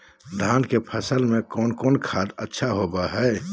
धान की फ़सल में कौन कौन खाद अच्छा होबो हाय?